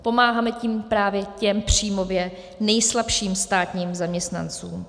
Pomáháme tím právě těm příjmově nejslabším státním zaměstnancům.